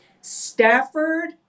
Stafford